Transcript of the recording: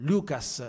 Lucas